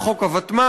ועכשיו חוק הוותמ"ל,